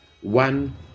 one